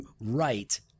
right